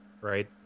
right